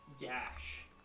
gash